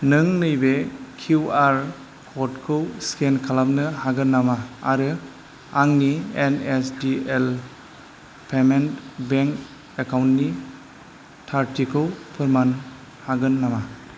नों नैबे Q R क'डखौ स्केन खालामनो हागोन नामा आरो आंनि N S D L payment bank एकाउन्टनि थारथिखौ फोरमान हागोन नामा